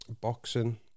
boxing